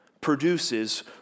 produces